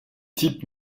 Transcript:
types